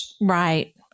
Right